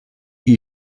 იგი